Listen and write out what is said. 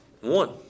One